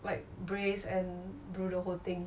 like braised and brew the whole thing